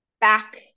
Back